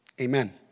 amen